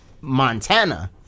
Montana